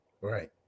right